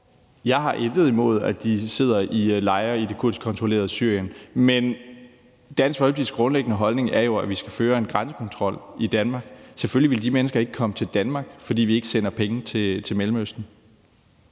Jeg har intet imod, at de sidder i lejre i det kurdisk kontrollerede Syrien. Dansk Folkepartis grundlæggende holdning er, at vi skal føre en grænsekontrol i Danmark. Selvfølgelig vil de mennesker ikke komme til Danmark, fordi vi ikke sender penge til Mellemøsten.